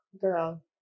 girl